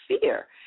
fear